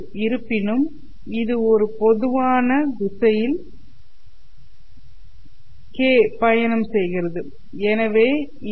இருப்பினும் இது ஒரு பொதுவான திசையில் k' பயணம் செய்கிறது எனவே இதை